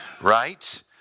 right